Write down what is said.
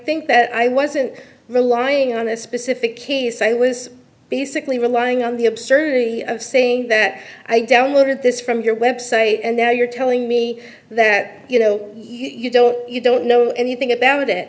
think that i wasn't relying on a specific case i was basically relying on the absurdity of saying that i downloaded this from your website and now you're telling me that you know you don't you don't know anything about it